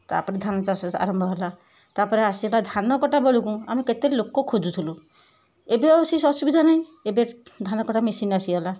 ତା'ପରେ ଧାନ ଚାଷ ଆରମ୍ଭ ହେଲା ତା'ପରେ ଆସିଲା ଧାନ କଟା ବେଳକୁ ଆମେ କେତେଲୋକ ଖୋଜୁଥିଲୁ ଏବେ ଆଉ ସେ ଅସୁବିଧା ନାହିଁ ଏବେ ଧାନ କଟା ମେସିନ୍ ଆସିଗଲା